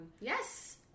Yes